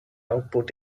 output